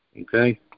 okay